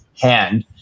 hand